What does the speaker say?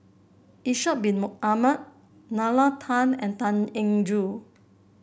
Ishak Bin Ahmad Nalla Tan and Tan Eng Joo